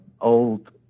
old